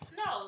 no